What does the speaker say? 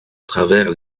travers